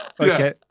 Okay